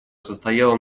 состояла